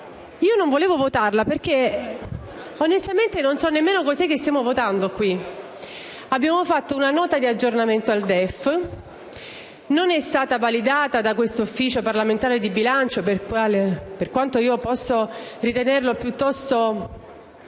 Non volevo votarla, perché onestamente non so nemmeno che cosa stiamo votando. Abbiamo esaminato una Nota d'aggiornamento al DEF, che non è stata validata dall' Ufficio parlamentare di bilancio, per quanto possa ritenerlo piuttosto